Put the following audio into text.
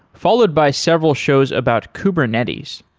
followed by several shows about kubernetes.